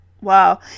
wow